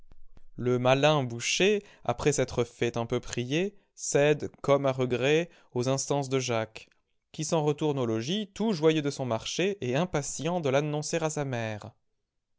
le malin boucher après s'être fait un peu prier cède comme à regret aux instances de jacques qui s'en retourne au logis tout joyeux de son marché et impatient de lannoncer à sa mère